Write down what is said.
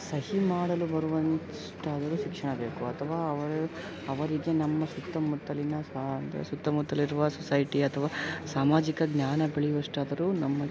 ಸಹಿ ಮಾಡಲು ಬರುವಷ್ಟಾದರೂ ಶಿಕ್ಷಣ ಬೇಕು ಅಥವಾ ಅವರು ಅವರಿಗೆ ನಮ್ಮ ಸುತ್ತಮುತ್ತಲಿನ ಸ ಅಂದರೆ ಸುತ್ತಮುತ್ತಲಿರುವ ಸೊಸೈಟಿ ಅಥವಾ ಸಾಮಾಜಿಕ ಜ್ಞಾನ ಬೆಳೆವಷ್ಟಾದರೂ ನಮಗೆ